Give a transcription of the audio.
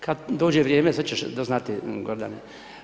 Kad dođe vrijeme, sve ćeš doznati Gordane.